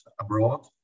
abroad